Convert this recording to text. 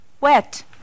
wet